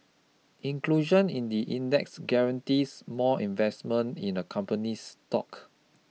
inclusion in the index guarantees more investment in a company's stock